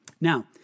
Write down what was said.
Now